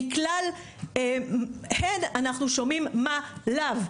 מכלל הן אנחנו שומעים מה לאו,